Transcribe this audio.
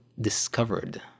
discovered